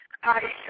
Hi